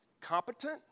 competent